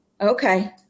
Okay